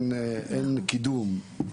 אין קידום.